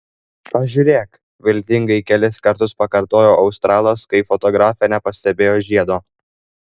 pažiūrėk viltingai kelis kartus pakartojo australas kai fotografė nepastebėjo žiedo